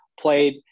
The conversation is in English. played